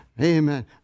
Amen